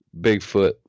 Bigfoot